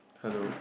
hello